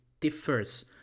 differs